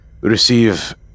receive